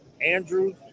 Andrew